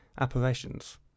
apparitions